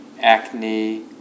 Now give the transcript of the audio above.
acne